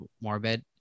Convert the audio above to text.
morbid